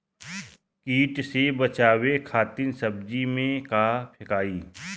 कीट से बचावे खातिन सब्जी में का फेकाई?